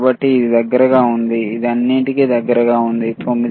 కాబట్టి ఇది దగ్గరగా ఉంది ఇది అన్నింటికీ దగ్గరగా ఉంది 9